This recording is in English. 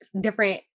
different